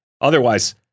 Otherwise